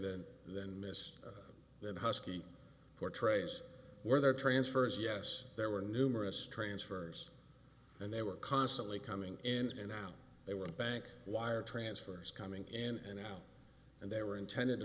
than than ms that husky portrays were there transfers yes there were numerous transfers and they were constantly coming in and out they were bank wire transfers coming in and out and they were intended to